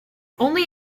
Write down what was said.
only